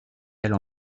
elle